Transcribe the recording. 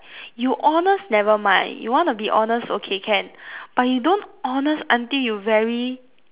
you honest never mind you want to be honest okay can but you don't honest until you very